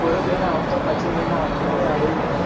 ᱯᱩᱨᱩᱵ ᱨᱮᱱᱟᱜ ᱚᱠᱛᱚ ᱯᱚᱪᱷᱤᱢ ᱨᱮᱱᱟᱜ ᱚᱠᱛᱚ ᱨᱮ ᱟᱹᱨᱩᱭ ᱢᱮ